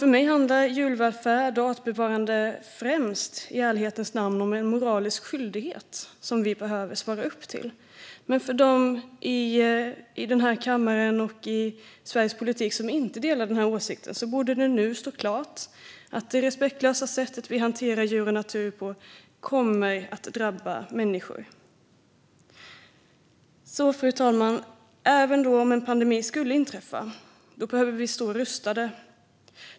För mig handlar djurvälfärd och artbevarande i ärlighetens namn främst om en moralisk skyldighet som vi behöver svara upp mot. Även för dem i den här kammaren och i svensk politik som inte delar denna åsikt borde det nu stå klart att det respektlösa sätt vi hanterar djur och natur på kommer att drabba människor. Fru talman! Om en pandemi ändå skulle inträffa behöver vi stå rustade.